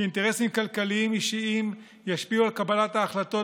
שאינטרסים כלכליים אישיים ישפיעו על קבלת ההחלטות